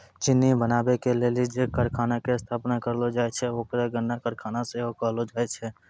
चिन्नी बनाबै के लेली जे कारखाना के स्थापना करलो जाय छै ओकरा गन्ना कारखाना सेहो कहलो जाय छै